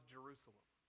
Jerusalem